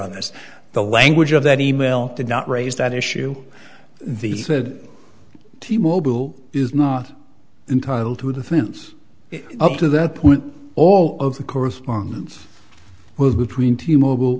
on this the language of that e mail did not raise that issue the t mobile is not entitled to a defense up to that point all of the correspondence was between t mobile